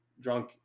drunk